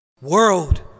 World